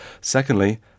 secondly